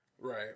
right